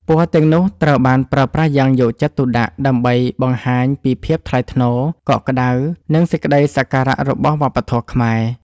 ពណ៌ទាំងនោះត្រូវបានប្រើប្រាស់យ៉ាងយកចិត្តទុកដាក់ ដើម្បីបង្ហាញពីភាពថ្លៃថ្នូរ កក់ក្តៅ និងសេចក្តីសក្ការៈរបស់វប្បធម៌ខ្មែរ។